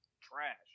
trash